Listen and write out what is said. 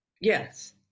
yes